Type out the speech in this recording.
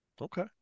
Okay